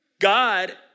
God